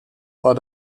war